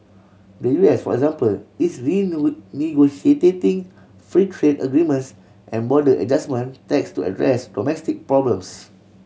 the U S for example is free trade agreements and border adjustment tax to address domestic problems